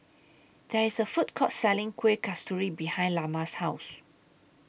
There IS A Food Court Selling Kueh Kasturi behind Lamar's House